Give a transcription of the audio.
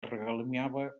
regalimava